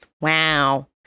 Wow